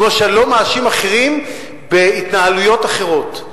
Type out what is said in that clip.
כמו שאני לא מאשים אחרים בהתנהלויות אחרות.